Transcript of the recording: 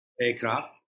aircraft